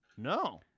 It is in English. No